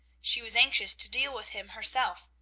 she was anxious to deal with him herself.